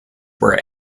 were